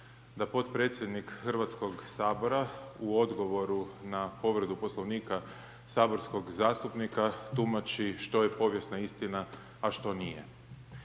da potpredsjednik Hrvatskog sabora u odgovoru na povredu Poslovnika saborskog zastupnika tumači što je povijesna istina, a što nije.